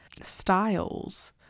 styles